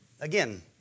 Again